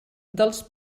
dels